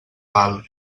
pal